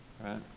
Right